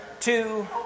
two